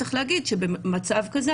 צריך להגיד שבמצב כזה,